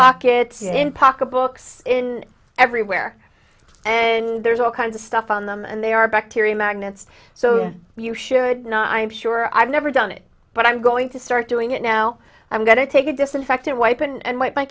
pockets in pocketbooks in everywhere and there's all kinds of stuff on them and they are bacteria magnets so you should not i'm sure i've never done it but i'm going to start doing it now i'm going to take a disinfectant wipe and my